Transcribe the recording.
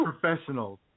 professionals